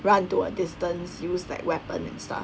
run to a distance use like weapons and stuff